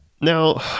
Now